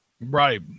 Right